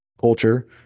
culture